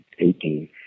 18